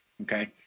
Okay